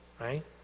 right